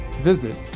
visit